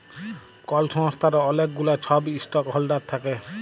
call সংস্থার অলেক গুলা ছব ইস্টক হল্ডার থ্যাকে